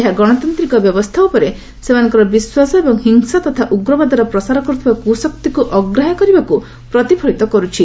ଏହା ଗଣତାନ୍ତିକ ବ୍ୟବସ୍ଥା ଉପରେ ସେମାନଙ୍କର ବିଶ୍ୱାସ ଏବଂ ହିଂସା ତଥା ଉଗ୍ରବାଦର ପ୍ରସାର କରୁଥିବା କୁଶକ୍ତିକୁ ଅଗ୍ରାହ୍ୟ କରିବାକୁ ପ୍ରତିଫଳିତ କରୁଛି